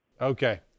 okay